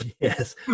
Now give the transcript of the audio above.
Yes